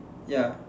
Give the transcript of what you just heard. ya